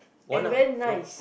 one out~ oh